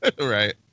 Right